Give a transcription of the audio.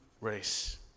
race